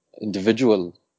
individual